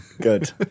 good